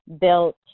built